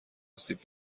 آسیب